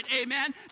amen